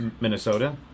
Minnesota